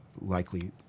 likely